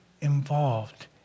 involved